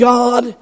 God